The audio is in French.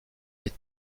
des